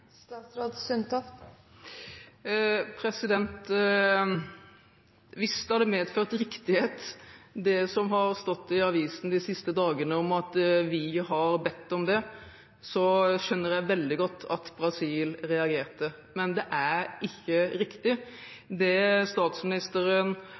Hvis det hadde medført riktighet det som har stått i avisene de siste dagene, at vi har bedt om det, skjønner jeg veldig godt at Brasil reagerte. Men det er ikke riktig. Det statsministeren